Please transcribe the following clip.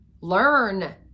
learn